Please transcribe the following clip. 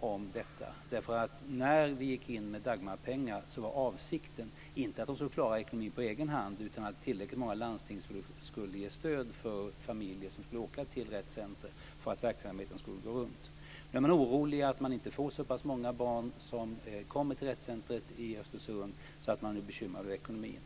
om detta. När vi gick in med Dagmarpengar var avsikten inte att de skulle klara ekonomin på egen hand, utan att tillräckligt många landsting skulle ge stöd till familjer som skulle åka till Rett Center för att verksamheten skulle gå runt. Nu är man orolig för att man inte får så pass många barn som kommer till Rett Center i Östersund att det innebär bekymmer för ekonomin.